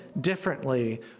differently